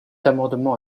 amendement